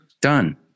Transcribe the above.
Done